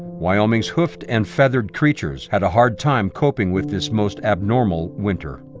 wyoming's hoofed and feathered creatures had a hard time coping with this most abnormal winter.